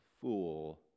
fool